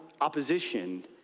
opposition